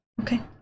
Okay